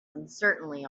uncertainly